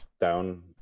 down